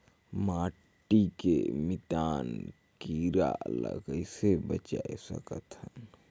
माटी के मितान कीरा ल कइसे बचाय सकत हन?